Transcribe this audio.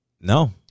No